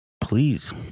Please